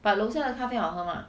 but 楼下的咖啡好喝吗